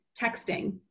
texting